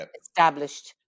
established